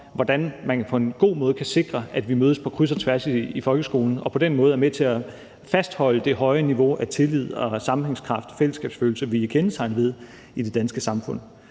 hvordan man på en god måde kan sikre, at vi mødes på kryds og tværs i folkeskolen og på den måde er med til at fastholde det høje niveau af tillid og af sammenhængskraft og fællesskabsfølelse, som vi er kendetegnet ved i det danske samfund.